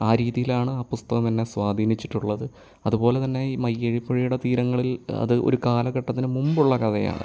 ആ രീതിയിലാണ് ആ പുസ്തകം എന്നെ സ്വാധീനിച്ചിട്ടുള്ളത് അതുപോലെതന്നെ ഈ മയ്യഴിപ്പുഴയുടെ തീരങ്ങളിൽ അത് ഒരു കാലഘട്ടത്തിനും മുമ്പുള്ള കഥയാണ്